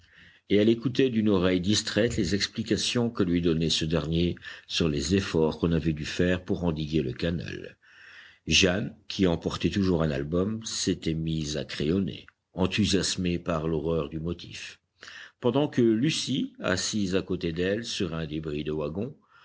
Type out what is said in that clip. et elle écoutait d'une oreille distraite les explications que lui donnait ce dernier sur les efforts qu'on avait dû faire pour endiguer le canal jeanne qui emportait toujours un album s'était mise à crayonner enthousiasmée par l'horreur du motif pendant que lucie assise à côté d'elle sur un débris de wagon